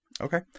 Okay